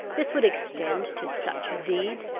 this would extend to such a deed?